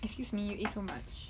excuse me you eat so much